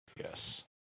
Yes